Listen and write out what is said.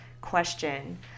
question